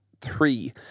three